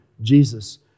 Jesus